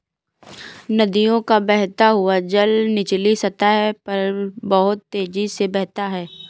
नदियों का बहता हुआ जल निचली सतह पर बहुत तेजी से बहता है